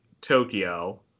Tokyo